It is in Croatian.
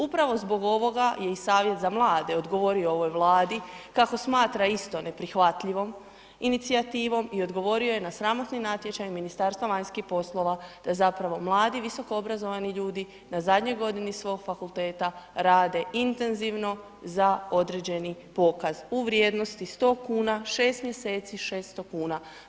Upravo zbog ovoga je i savjet za mlade odgovorio ovoj Vladi kako smatra isto neprihvatljivom inicijativom i odgovorio je na sramotni natječaj Ministarstva vanjskih poslova da zapravo mladi visokoobrazovani ljudi, na zadnjoj godini svog fakulteta rade intenzivno za određeni pokaz u vrijednosti 100 kuna, 6 mjeseci 600 kuna.